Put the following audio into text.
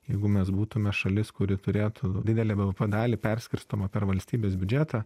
jeigu mes būtume šalis kuri turėtų didelę bvp dalį perskirstomą per valstybės biudžetą